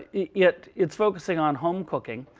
yet it's focusing on home cooking.